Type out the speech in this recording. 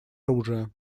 оружия